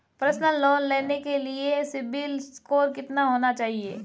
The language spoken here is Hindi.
पर्सनल लोंन लेने के लिए सिबिल स्कोर कितना होना चाहिए?